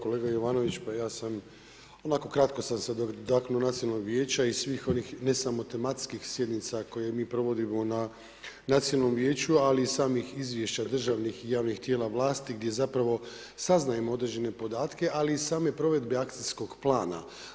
Kolega Jovaniv9ić pa ja sam onako kratko sam se dotaknuo nacionalnog vijeća i svih onih ne samo tematskih sjednica koje mi provodimo na nacionalnom vijeću, ali i samih izvješća državnih i javnih tijela vlasti gdje saznajemo određene podatke, ali i same provedbe akcijskog plana.